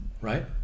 right